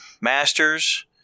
Masters